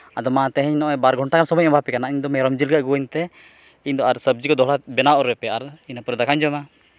ᱟᱫᱚ ᱢᱟ ᱛᱮᱦᱮᱧ ᱱᱚᱜᱼᱚᱸᱭ ᱵᱟᱨ ᱜᱷᱚᱱᱴᱟ ᱜᱟᱱ ᱥᱚᱢᱚᱭᱤᱧ ᱮᱢᱟ ᱯᱮ ᱠᱟᱱᱟ ᱤᱧ ᱫᱚ ᱢᱮᱨᱚᱢ ᱡᱤᱞ ᱜᱮ ᱟᱹᱜᱩᱭᱟᱹᱧ ᱯᱮ ᱤᱧ ᱫᱚ ᱟᱨ ᱥᱚᱵᱽᱡᱤ ᱠᱚ ᱫᱚᱦᱲᱟᱛᱮ ᱵᱮᱱᱟᱣ ᱟᱹᱨᱩᱭ ᱯᱮ ᱟᱨ ᱤᱱᱟᱹ ᱯᱚᱨᱮ ᱫᱟᱠᱟᱧ ᱡᱚᱢᱟ